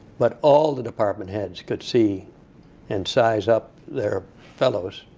but all the department heads could see and size up their fellows.